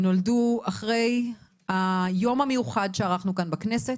נולדו אחרי היום המיוחד שערכנו כאן בכנסת,